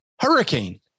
hurricane